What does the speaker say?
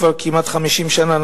כבר כמעט 50 שנה,